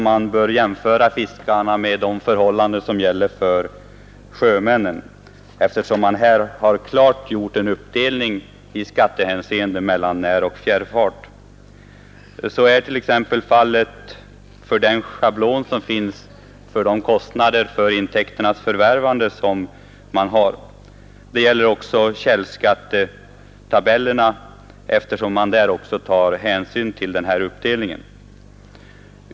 Man bör jämföra fiskarnas förhållanden med dem som gäller för sjömännen, där man i skattehänseende gjort en klar uppdelning mellan näroch fjärrfart. Så är t.ex. fallet beträffande den schablon som finns i fråga om kostnaderna för intäkternas förvärvande. Det gäller även 41 källskattetabellerna, eftersom man där tar hänsyn till uppdelningen på näroch fjärrfart.